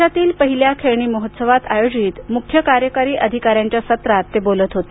देशातील पहिल्या खेळणी महोत्सवात आयोजित मुख्य कार्यकारी अधिकाऱ्यांच्या सत्रात ते बोलत होते